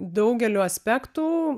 daugeliu aspektų